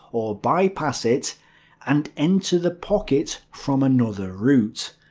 or bypass it and enter the pocket from another route.